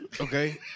Okay